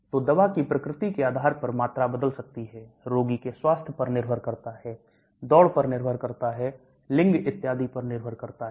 तो दवा की प्रकृति के आधार पर मात्रा बदल सकती है रोगी के स्वास्थ्य पर निर्भर करता है दौड़ पर निर्भर करता है लिंग इत्यादि पर निर्भर करता है